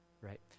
right